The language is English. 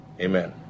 Amen